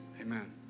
amen